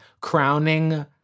crowning